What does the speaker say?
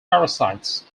parasites